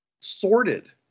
sorted